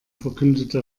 verkündete